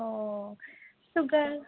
অঁ ছুগাৰ